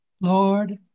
Lord